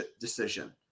decision